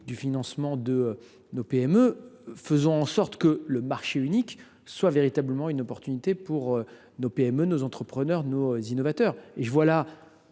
le financement de nos entreprises : faisons en sorte que le marché unique soit véritablement une opportunité pour nos PME, nos entrepreneurs, nos innovateurs. À cet